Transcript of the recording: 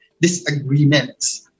disagreements